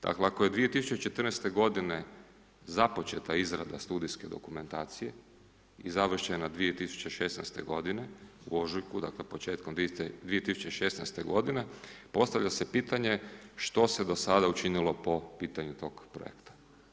Dakle ako je 2014. godine započeta izrada studijske dokumentacije i završena 2016. godine, u ožujku, znači početkom 2016. godine, postavlja se pitanje što se do sada učinilo po pitanju tog projekta?